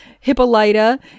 Hippolyta